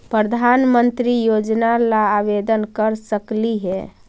प्रधानमंत्री योजना ला आवेदन कर सकली हे?